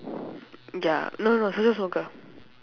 ya no no social smoker